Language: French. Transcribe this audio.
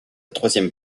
troisième